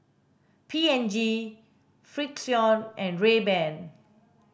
P and G Frixion and Rayban